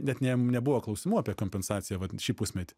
net ne nebuvo klausimų apie kompensaciją vat šį pusmetį